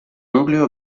nucleo